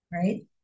Right